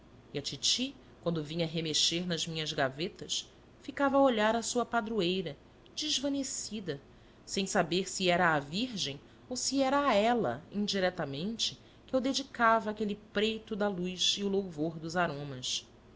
e a titi quando vinha remexer nas minhas gavetas ficava a olhar a sua padroeira desvanecida sem saber se era à virgem ou se era a ela indiretamente que eu dedicava aquele preito da luz e o louvor dos aromas